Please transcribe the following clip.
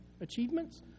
Achievements